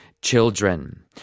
children